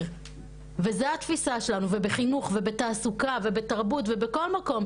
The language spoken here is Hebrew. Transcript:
וזה התפיסה שלנו ובחינוך ובתעסוקה ובתרבות ובכל מקום,